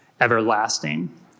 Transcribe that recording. everlasting